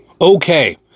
Okay